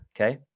Okay